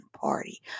party